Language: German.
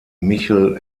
michel